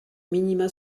minima